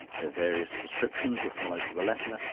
their various prescriptions were followed to the letter,